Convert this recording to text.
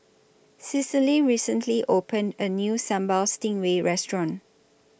Cecily recently opened A New Sambal Stingray Restaurant